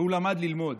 והוא למד ללמוד.